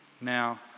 now